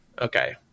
Okay